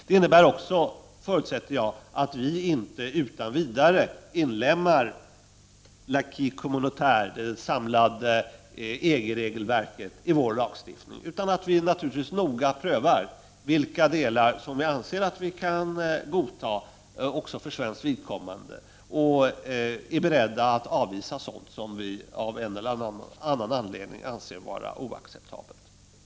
Det innebär också, förutsätter jag, att vi inte utan vidare inlemmar I'acquis communautaire, det samlade EG-regelverket, i vår lagstiftning utan att vi naturligtvis noga prövar vilka delar som vi kan godta för svenskt vidkommande och är beredda att avvisa sådant som vi av en eller annan anledning anser oacceptabelt för — Prot. 1989/90:32 OSS.